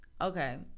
Okay